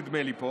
נדמה לי,